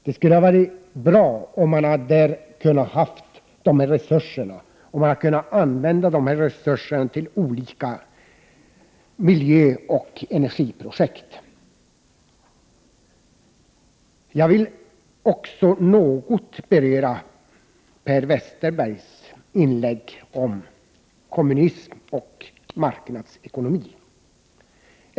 Det skulle ha varit bra om man hade haft och kunnat använda resurser till miljöoch energiprojekt. Jag vill också något beröra Per Westerbergs inlägg om kommunismen och marknadsekonomin.